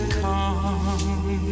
come